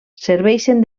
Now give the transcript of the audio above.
serveixen